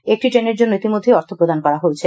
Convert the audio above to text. একটি ট্রেনের জন্য ইতিমধ্যেই অর্থ প্রদান করা হয়েছে